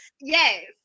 Yes